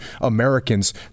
Americans